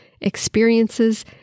experiences